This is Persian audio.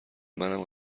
منم